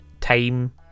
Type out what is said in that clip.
time